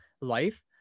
life